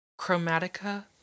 Chromatica